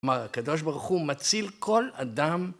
כלומר הקדוש ברוך הוא מציל כל אדם